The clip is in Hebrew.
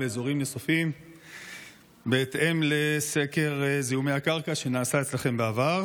באזורים נוספים בהתאם לממצאי סקר זיהומי הקרקע שנעשה אצלכם בעבר,